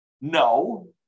no